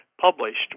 published